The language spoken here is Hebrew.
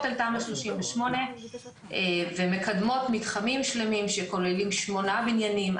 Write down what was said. על תמ"א 38 ומקדמות מתחמים שלמים שכוללים שמונה בניינים,